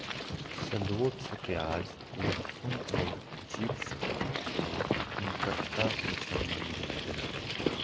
shallots प्याज, लहसुन और चिव्स से निकटता से संबंधित है